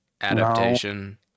adaptation